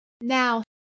now